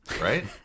Right